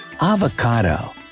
avocado